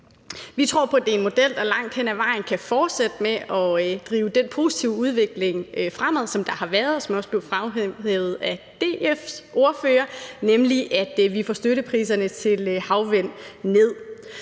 Vi tror på, at det er en model, der langt hen ad vejen kan fortsætte med at drive den positive udvikling fremad, som der har været, og som også blev fremhævet af DF's ordfører, nemlig at vi får støttepriserne til havvind ned.